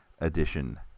edition